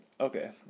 Okay